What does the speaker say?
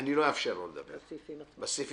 אני לא אאפשר לו לדבר בסעיפים עצמם.